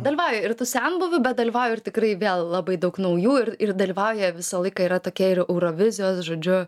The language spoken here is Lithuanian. dalyvauja ir tų senbuvių bet dalyvauja ir tikrai vėl labai daug naujų ir ir dalyvauja visą laiką yra tokie ir eurovizijos žodžiu